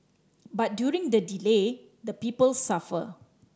but during the delay the people suffer